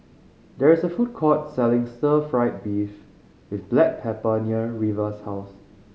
there is a food court selling Stir Fry beef with black pepper near Reva's house